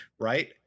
Right